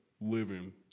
living